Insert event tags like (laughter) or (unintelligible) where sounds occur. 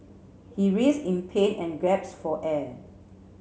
he (unintelligible) in pain and (unintelligible) for air